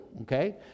Okay